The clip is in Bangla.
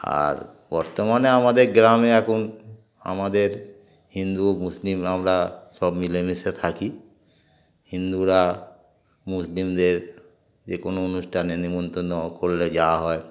আর বর্তমানে আমাদের গ্রামে এখন আমাদের হিন্দু মুসলিম আমরা সব মিলেমিশে থাকি হিন্দুরা মুসলিমদের যে কোনো অনুষ্ঠানে নিমন্ত্রণ করলে যাওয়া হয়